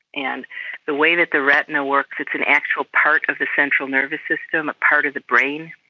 and the way that the retina works, it's an actual part of the central nervous system, a part of the brain.